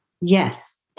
Yes